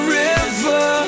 river